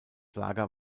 lager